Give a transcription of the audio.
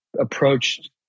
approached